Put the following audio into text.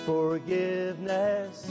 Forgiveness